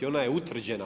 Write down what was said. Ona je utvrđena.